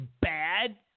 bad